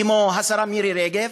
כמו השרה מירי רגב